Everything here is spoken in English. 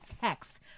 texts